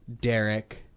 Derek